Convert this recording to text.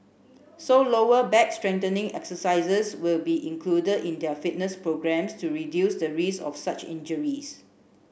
so lower back strengthening exercises will be included in their fitness programmes to reduce the risk of such injuries